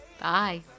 Bye